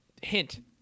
hint